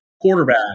Quarterback